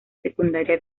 secundaria